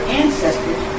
ancestors